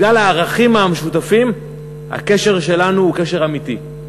בגלל הערכים המשותפים הקשר שלנו הוא קשר אמיתי.